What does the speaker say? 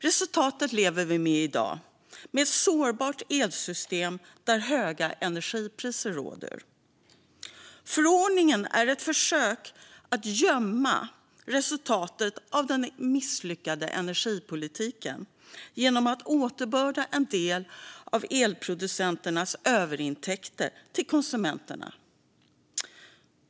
Resultatet lever vi med i dag - ett sårbart elsystem där höga energipriser råder. Förordningen är ett försök att gömma resultatet av den misslyckade energipolitiken genom att återbörda en del av elproducenternas överintäkter till konsumenterna.